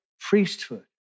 priesthood